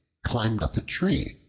climbed up a tree.